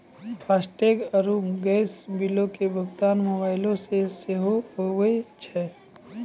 FASTag आरु gas बिलो के भुगतान मोबाइलो से सेहो होय जाय छै